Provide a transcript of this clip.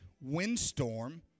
windstorm